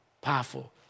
powerful